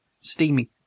steamy